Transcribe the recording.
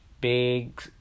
big